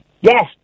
yes